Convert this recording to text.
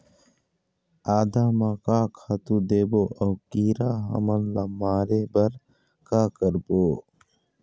आदा म का खातू देबो अऊ कीरा हमन ला मारे बर का करबो?